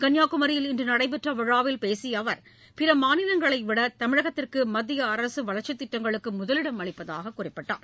கன்னியாகுமரியில் இன்று நடைபெற்ற விழாவில் பேசிய அவர் பிற மாநிலங்களை விட தமிழகத்திற்கு மத்திய அரசு வளர்ச்சித் திட்டங்களுக்கு முதலிடம் அளிப்பதாக கூறினார்